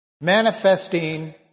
manifesting